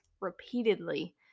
repeatedly